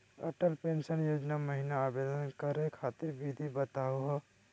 Atal pension योजना महिना आवेदन करै खातिर विधि बताहु हो?